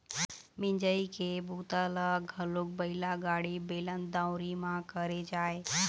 मिंजई के बूता ल घलोक बइला गाड़ी, बेलन, दउंरी म करे जाए